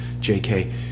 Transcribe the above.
JK